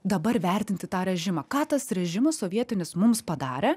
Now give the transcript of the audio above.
dabar vertinti tą režimą ką tas režimas sovietinis mums padarė